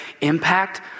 impact